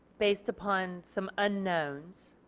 based upon some unknowns